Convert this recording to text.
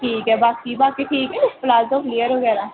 ठीक ऐ बाकी बाकी ठीक नी प्लाजो ते फ्लेअर बगैरा